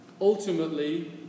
ultimately